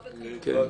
לא בקלות.